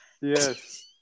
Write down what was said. Yes